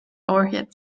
orchid